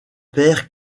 père